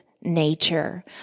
nature